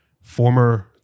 former